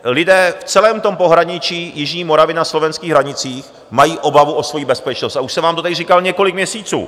Lidé v celém tom pohraničí jižní Moravy na slovenských hranicích mají obavu o svoji bezpečnost, a už jsem vám to tady říkal několik měsíců.